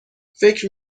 فکر